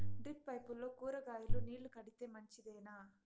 Drip పైపుల్లో కూరగాయలు నీళ్లు కడితే మంచిదేనా?